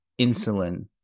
insulin